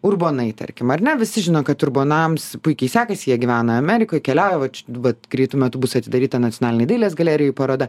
urbonai tarkim ar ne visi žino kad urbonams puikiai sekasi jie gyvena amerikoje keliauja vat greitu metu bus atidaryta nacionalinė dailės galerijoje paroda